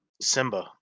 Simba